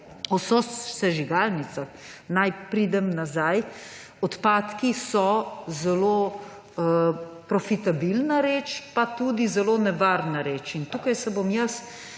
o sežigalnicah, naj pridem nazaj, odpadki so zelo profitabilna reč pa tudi zelo nevarna reč. Tukaj se bom jaz